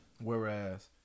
Whereas